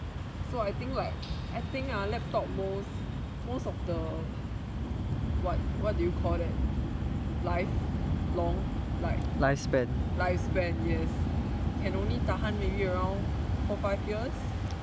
so I think like I think ah laptop most of the what what do you call that life long like lifespan yes can only tahan maybe around four five years